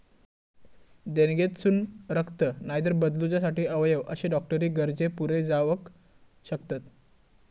देणगेतसून रक्त, नायतर बदलूच्यासाठी अवयव अशे डॉक्टरी गरजे पुरे जावक शकतत